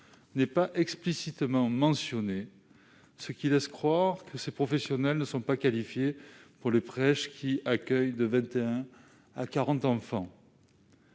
n'est pas explicitement mentionnée, ce qui laisse accroire que ces professionnels ne sont pas qualifiés pour les crèches qui accueillent entre 21 et 40 enfants.